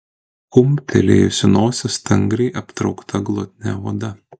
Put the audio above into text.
kumptelėjusi nosis stangriai aptraukta glotnia oda